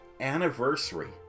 anniversary